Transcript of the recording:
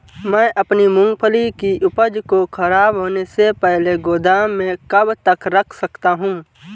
मैं अपनी मूँगफली की उपज को ख़राब होने से पहले गोदाम में कब तक रख सकता हूँ?